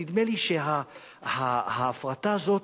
נדמה לי שההפרטה הזאת,